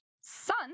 son